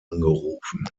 angerufen